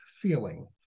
feeling